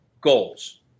goals